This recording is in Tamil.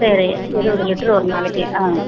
சரி இருபது லிட்ரு ஒரு நாளைக்கு ஆ